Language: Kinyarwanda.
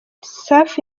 safi